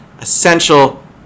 essential